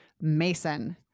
Mason